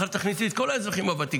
מחר תכניס לי את כל האזרחים הוותיקים.